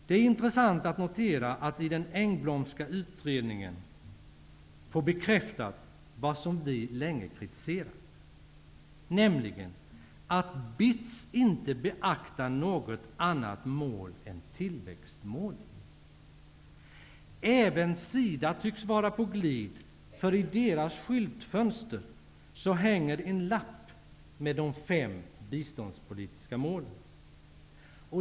Det är intressant att notera att vi i den Engblomska utredningen får bekräftat vad vi länge kritiserat, nämligen att BITS inte beaktar något annat mål än tillväxtmålet. Även SIDA tycks vara på glid. I deras skyltfönster hänger en lapp med de fem biståndspolitiska målen.